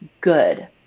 good